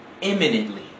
imminently